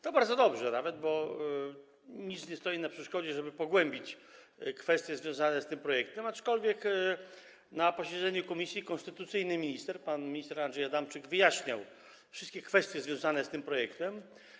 To bardzo dobrze, bo nic nie stoi na przeszkodzie, żeby zgłębić kwestie związane z tym projektem, aczkolwiek na posiedzeniu komisji konstytucyjny minister, pan minister Andrzej Adamczyk, wyjaśniał wszystkie kwestie dotyczące tego projektu.